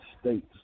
states